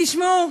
תשמעו,